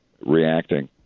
reacting